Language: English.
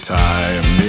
time